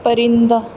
پرندہ